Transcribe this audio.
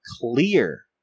clear